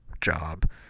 job